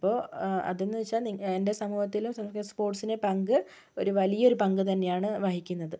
അപ്പോൾ അത് എന്ന് വെച്ചാൽ എൻ്റെ സമൂഹത്തിലും സ്പോർട്സിനെ പങ്ക് ഒരു വലിയ ഒരു പങ്ക് തന്നെയാണ് വഹിക്കുന്നത്